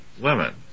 women